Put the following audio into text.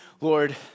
Lord